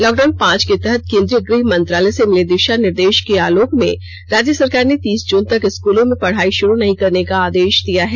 lockdown पांच के तहत केंद्रीय गुह मंत्रालय से मिले दिषा निर्देष के आलोक में राज्य सरकार ने तीस जून तक स्कूलो में पढ़ाई शुरू नहीं करने का आदेष दिया है